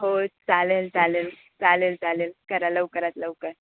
हो चालेल चालेल चालेल चालेल करा लवकरात लवकर